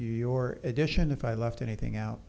your addition if i left anything out